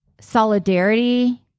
solidarity